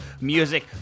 music